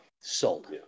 Sold